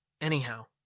Anyhow